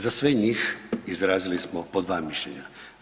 Za sve njih izrazili smo po dva mišljenja.